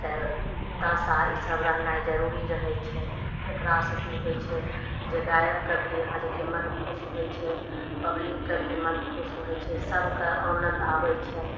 चाहे ताशा ईसब रहनाय जरूरी रहय छै एकरासँ की होइ छै जे गायकके भी यहाँ जे कि मन खुश होइ छै पब्लिकके भी मन खुश होइ छै सबके आनन्द आबय छै